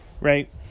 right